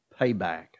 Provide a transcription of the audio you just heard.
payback